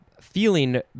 feeling